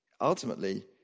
Ultimately